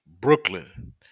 Brooklyn